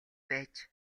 байж